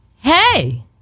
Hey